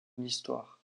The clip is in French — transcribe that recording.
histoire